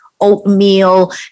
oatmeal